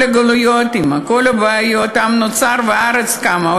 הגלויות ועם כל הבעיות עם נוצר וארץ קמה".